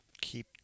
Keep